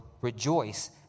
rejoice